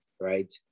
right